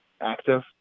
active